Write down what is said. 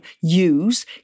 use